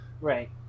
Right